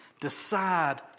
Decide